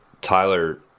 Tyler